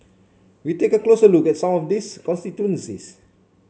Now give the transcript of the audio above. we take a closer look at some of these constituencies